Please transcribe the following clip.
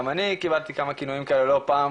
גם אני קיבלתי כינויים כאלה לא פעם,